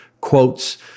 quotes